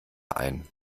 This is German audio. ein